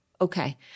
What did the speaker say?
Okay